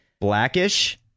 Blackish